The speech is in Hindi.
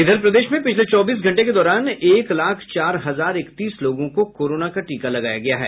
इधर प्रदेश में पिछले चौबीस घंटे के दौरान एक लाख चार हजार इकतीस लोगों को कोरोना का टीका लगाया गया है